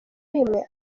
rimwe